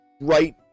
right